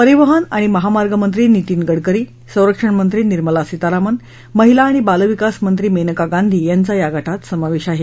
परिवहन आणि महामार्ग मंत्री नीतिन गडकरी संरक्षण मंत्री निर्मला सीतारामन महिला आणि बाल विकास मंत्री मेनका गांधी यांचा या गटात समावेश आहे